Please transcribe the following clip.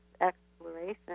exploration